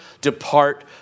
depart